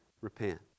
repent